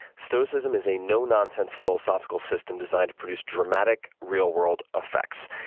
stoicism is a no-nonsense philosophical system designed to produce dramatic real-world effects.